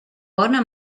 bona